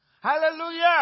Hallelujah